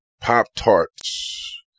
Pop-Tarts